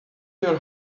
your